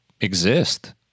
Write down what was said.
exist